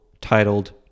titled